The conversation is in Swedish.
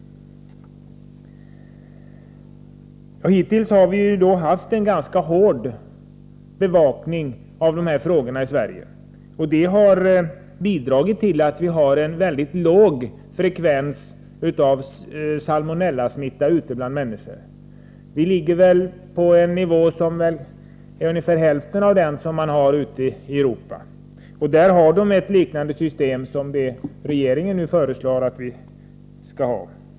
Hittills har vi haft en ganska hård bevakning av dessa frågor i Sverige. Detta har bidragit till att vi har en väldigt låg frekvens av salmonellasmitta ute bland människorna. Vi ligger på en nivå som är ungefär hälften så hög som nivån ute i Europa. Där finns ett system som liknar det system som regeringen nu föreslår att vi skall ha.